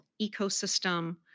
ecosystem